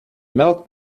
milk